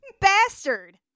Bastard